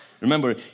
remember